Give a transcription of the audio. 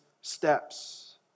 steps